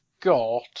got